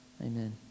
Amen